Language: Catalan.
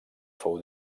fou